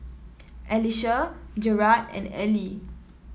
Elisha Jerad and Ellie